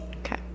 Okay